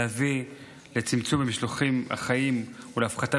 להביא לצמצום המשלוחים החיים ולהפחתה